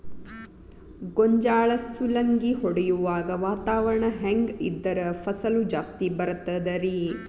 ಗೋಂಜಾಳ ಸುಲಂಗಿ ಹೊಡೆಯುವಾಗ ವಾತಾವರಣ ಹೆಂಗ್ ಇದ್ದರ ಫಸಲು ಜಾಸ್ತಿ ಬರತದ ರಿ?